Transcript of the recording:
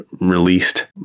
released